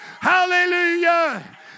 Hallelujah